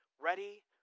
ready